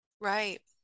Right